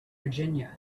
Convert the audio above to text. virginia